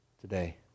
today